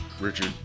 Richard